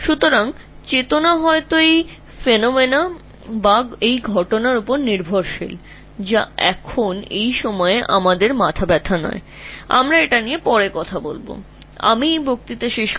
সুতরাং চেতনা গুরুত্বপূর্ণভাবে এই ঘটনার উপর নির্ভরশীল হতে পারে যা আমাদের এই মুহুর্তে চিন্তার বিষয় নয় সময়মত আমরা এটির বিষয়ে বলব তাই আমি এই চিত্রটি দিয়ে বক্তৃতাটি শেষ করব